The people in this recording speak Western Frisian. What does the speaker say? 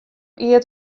eat